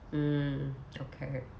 mm okay